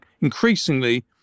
increasingly